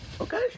Okay